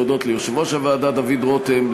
ולהודות ליושב-ראש הוועדה דוד רותם,